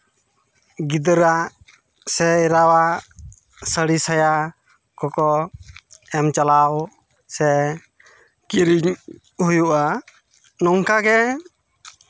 ᱜᱤᱫᱟᱹᱨᱟᱜ ᱥᱮ ᱮᱨᱟᱣᱟᱜ ᱥᱟᱹᱲᱤ ᱥᱟᱭᱟ ᱠᱚᱠᱚ ᱮᱢ ᱪᱟᱞᱟᱣ ᱥᱮ ᱠᱤᱨᱤᱧ ᱦᱩᱭᱩᱜᱼᱟ ᱱᱚᱝᱠᱟᱜᱮ